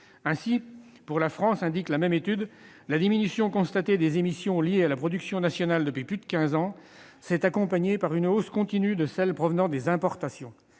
Ainsi, pour la France, indique la même étude, « la diminution constatée des émissions liées à la production nationale depuis plus de quinze ans s'est accompagnée par une hausse continue de celles provenant des importations.